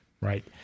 Right